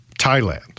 Thailand